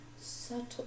subtle